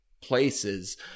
places